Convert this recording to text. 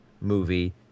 movie